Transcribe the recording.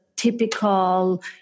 typical